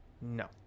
No